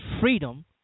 freedom